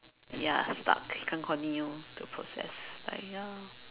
ya stuck can't continue the process like ya